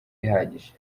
ihagije